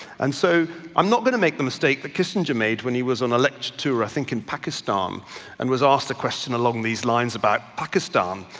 and so i'm not going to make the mistake that kissinger made when he was on a lecture tour i think in pakistan and was a question along these lines about pakistan,